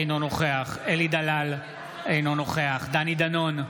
אינו נוכח אלי דלל, אינו נוכח דני דנון,